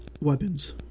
weapons